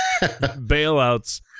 bailouts